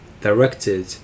directed